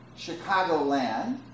Chicagoland